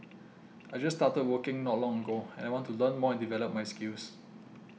I just started working not long ago and I want to learn more and develop my skills